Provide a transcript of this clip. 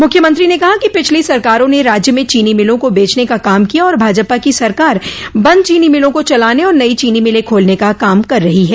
मुख्यमंत्री ने कहा कि पिछली सरकारों ने राज्य में चीनी मिलों को बेचने का काम किया और भाजपा की सरकार बद चीनी मिलों को चलाने और नई चीनी मिले खोलने का काम कर रही है